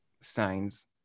signs